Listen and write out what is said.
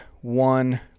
One